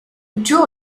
tour